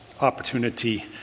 opportunity